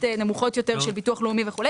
נמוכות יותר של ביטוח לאומי וכו',